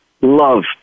love